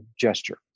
gesture